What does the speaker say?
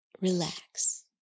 relax